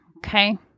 Okay